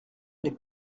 n’est